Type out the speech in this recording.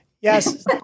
Yes